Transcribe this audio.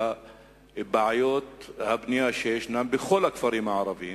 לבעיות הבנייה שיש בכל הכפרים הערביים,